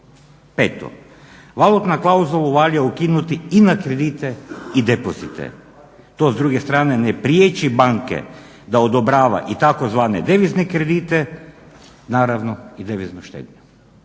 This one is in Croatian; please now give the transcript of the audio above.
5.valutna klauzulu valja ukinuti i na kredite i depozite. To s druge strane ne priječi banke da odobrava i tzv. devizne kredite naravno i deviznu štednju.